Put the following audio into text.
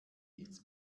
ins